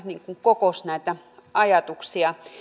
kokosi näitä ajatuksia